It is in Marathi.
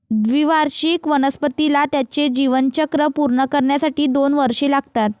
द्विवार्षिक वनस्पतीला त्याचे जीवनचक्र पूर्ण करण्यासाठी दोन वर्षे लागतात